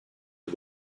for